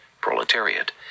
proletariat